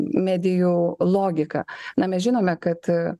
medijų logiką na mes žinome kad